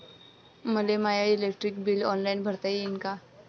मले माय electric bill online भरता येईन का?